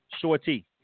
Shorty